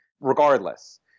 regardless